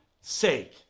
sake